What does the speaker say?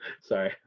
sorry